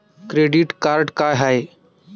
Credit card का हाय?